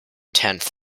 tenth